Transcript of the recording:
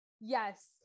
yes